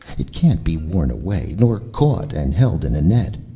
it can't be worn away nor caught and held in a net.